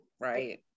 Right